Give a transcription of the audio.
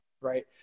right